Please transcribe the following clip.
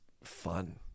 fun